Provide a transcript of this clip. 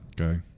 Okay